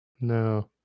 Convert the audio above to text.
No